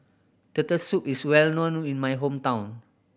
Turtle Soup is well known in my hometown